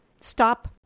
stop